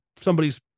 somebody's